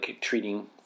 treating